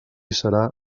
serà